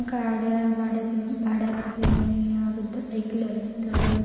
गाड्या भाडे घेऊन भाड्यावर देणे याबद्दल ऐकले आहे तर